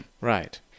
Right